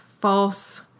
false